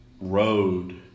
road